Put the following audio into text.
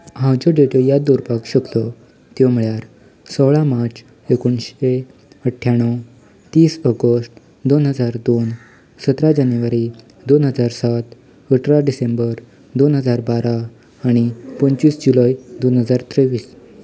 हांव ज्यो डेटी याद दवरपाक शकलों त्यो म्हणल्यार सोळा मार्च एकोणशें अठ्याण्णव तीस ऑगस्ट दोन हजार दोन सतरा जानेवारी दोन हजार सात अठरा डिसेंबर दोन हजार बारा आनी पंचवीस जुलय दोन हजार चोवीस